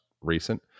recent